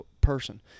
person